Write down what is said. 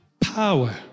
power